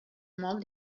molt